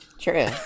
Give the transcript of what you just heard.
True